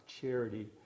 charity